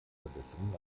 verbesserungen